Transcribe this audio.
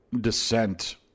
descent